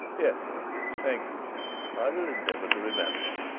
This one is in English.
yes, sir. thank you, sir, i will endeavour to remember.